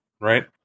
right